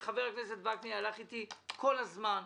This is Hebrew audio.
למרות שחבר הכנסת וקנין הלך איתי כל הזמן,